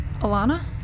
Alana